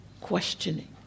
questioning